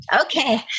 Okay